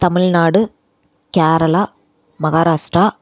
Tamil Nadu Kerala Maharashtra